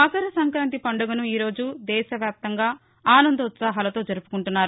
మకర సంక్రాంతి పండుగను ఈరోజు దేశవ్యాప్తంగా ఆనందోత్సాహాలతో జరుపుకుంటున్నారు